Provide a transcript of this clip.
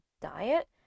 diet